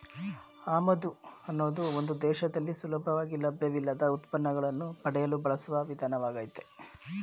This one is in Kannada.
ಆಮದು ಅನ್ನೋದು ಒಂದು ದೇಶದಲ್ಲಿ ಸುಲಭವಾಗಿ ಲಭ್ಯವಿಲ್ಲದ ಉತ್ಪನ್ನಗಳನ್ನು ಪಡೆಯಲು ಬಳಸುವ ವಿಧಾನವಾಗಯ್ತೆ